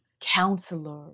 Counselor